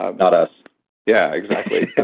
ah not us yeah, exactly.